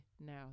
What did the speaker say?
now